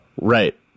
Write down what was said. Right